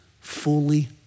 fully